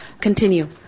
continue